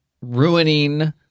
ruining